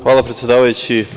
Hvala predsedavajući.